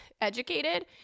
educated